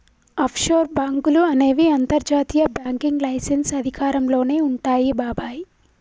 offshore బాంకులు అనేవి అంతర్జాతీయ బ్యాంకింగ్ లైసెన్స్ అధికారంలోనే వుంటాయి బాబాయ్